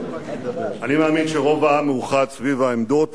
אני מאמין שרוב העם מאוחד סביב העמדות